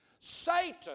Satan